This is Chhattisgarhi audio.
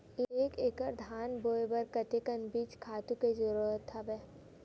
एक एकड़ धान बोय बर कतका बीज खातु के जरूरत हवय?